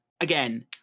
Again